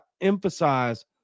emphasize